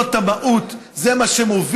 זאת המהות, זה מה שמוביל.